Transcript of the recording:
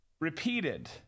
repeated